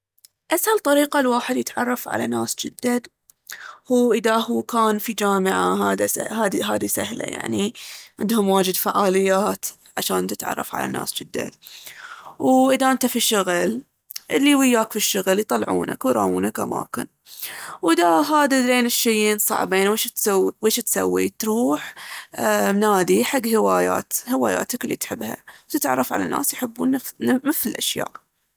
اسهل طريقة الواحد يتعرف على ناس جدد هو اذا هو كان في جامعة، ها- هاذي- هاذي سهلة. يعني عندهم واجد فعاليات عشان تتعرف على ناس جدد. وإذا انته في شغل اللي وياك في الشغل يطلعونك ويراوونك أماكن. واذا هذالين الشيين صعبين ويش تسوي؟ تروح أ- نادي حق هوايات- هواياتك اللي تحبها وتتعرف على ناس يحبون نفس- مثل الأشياء.